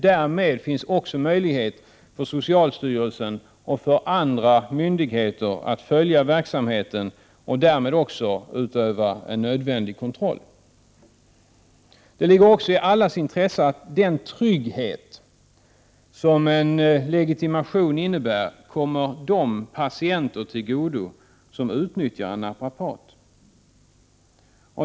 Därmed finns möjlighet för socialstyrelsen och andra myndigheter att följa verksamheten och också utöva nödvändig kontroll. Det ligger också i allas intresse att den trygghet som en legitimation innebär kommer de patienter till godo som utnyttjar en naprapat.